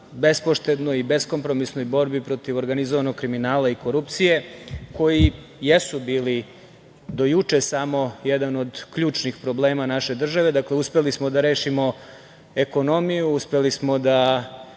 bespoštednoj i beskompromisnoj borbi protiv organizovanog kriminala i korupcije koji jesu bili do juče samo jedan od ključnih problema naše države. Dakle, uspeli smo da rešimo ekonomiju, uspeli smo da